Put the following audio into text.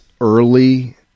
early